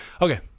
okay